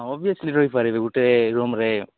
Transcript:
ହଁ ଓବିଏସଲି ରହି ପାରିବେ ଗୋଟେ ରୁମ୍ରେ